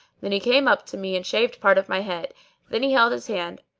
then he came up to me and shaved part of my head then he held his hand